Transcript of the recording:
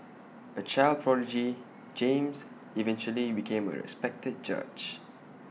A child prodigy James eventually became A respected judge